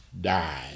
die